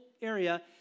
area